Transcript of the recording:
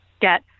get